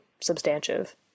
substantive